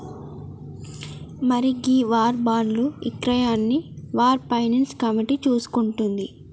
మరి ఈ వార్ బాండ్లు ఇక్రయాన్ని వార్ ఫైనాన్స్ కమిటీ చూసుకుంటుంది